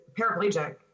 paraplegic